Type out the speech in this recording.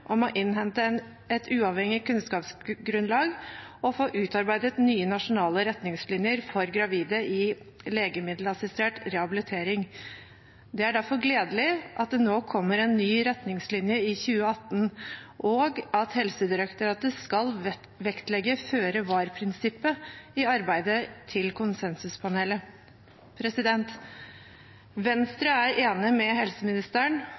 å innhente et uavhengig kunnskapsgrunnlag og få utarbeidet nye nasjonale retningslinjer for gravide i legemiddelassistert rehabilitering. Det er derfor gledelig at det nå kommer en ny retningslinje i 2018, og at Helsedirektoratet skal vektlegge føre var-prinsippet i arbeidet til konsensuspanelet. Venstre er enig med helseministeren